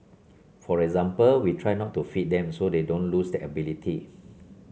for example we try not to feed them so they don't lose that ability